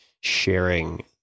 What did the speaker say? sharing